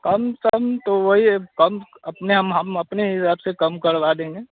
कम कम तो वही है कम अपना हम हम अपने हिसाब से कम करवा देंगे